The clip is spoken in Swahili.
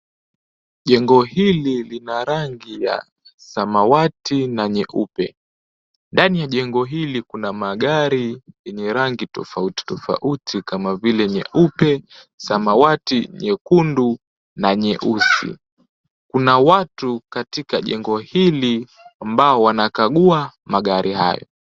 Jengo hili lina rangi ya samawati na nyeupe. Ndani ya jengo hili kuna magari yenye rangi tofauti tofauti kama vile nyeupe, samawati, nyekundu na nyeusi. Kuna watu katika jengo hili ambao wanakagua magari hayo.